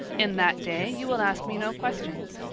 in that day you will ask me no questions.